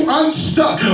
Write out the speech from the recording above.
unstuck